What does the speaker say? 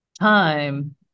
time